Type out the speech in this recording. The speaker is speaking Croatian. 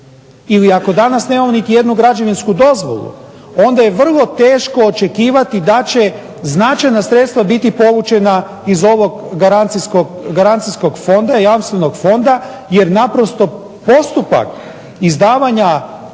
ili ako danas nemamo niti jednu građevinsku dozvolu onda je vrlo teško očekivati da će značajna sredstva biti povučena iz ovog garancijskog fonda, Jamstvenog fonda, jer naprosto postupak izdavanja